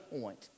point